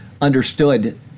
understood